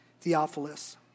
Theophilus